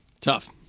Tough